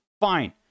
fine